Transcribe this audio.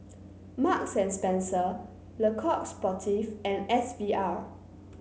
Marks and Spencer Le Coq Sportif and S V R